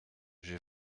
j’ai